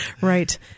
Right